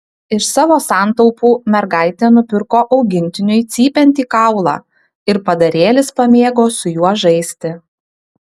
iš savo santaupų mergaitė nupirko augintiniui cypiantį kaulą ir padarėlis pamėgo su juo žaisti